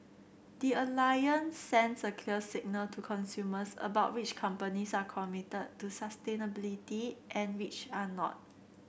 the Alliance sends a clear signal to consumers about which companies are committed to sustainability and which are not